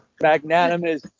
magnanimous